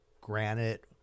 granite